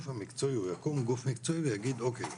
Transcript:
ויקום גוף מקצועי ויגיד אוקיי,